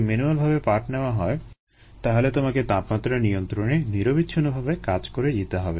যদি ম্যানুয়াল ভাবে পাঠ নেওয়া হয় তাহলে তোমাকে তাপমাত্রা নিয়ন্ত্রণে নিরবিচ্ছিন্নভাবে কাজ করে যেতে হবে